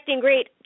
great